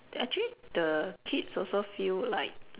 actually the kids also feel like